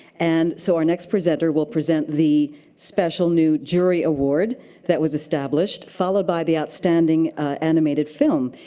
and so our next presenter will present the special new jury award that was established, followed by the outstanding animated film.